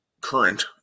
current